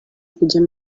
ukujya